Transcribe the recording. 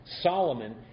Solomon